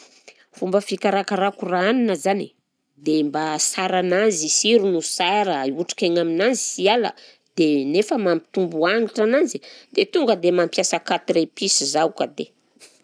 Fomba fikarakarako raha hanina zany, dia mba hahasara ananzy, sirony ho sara, otrikaigna aminazy sy hiala, dia nefa mampitombo hagnitra ananzy dia tonga dia mampiasa quatre épices zaho ka dia.